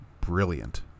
Brilliant